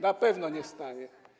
Na pewno nie staje.